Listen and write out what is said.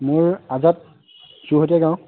মোৰ আজাদ যুহতীয়া গাঁও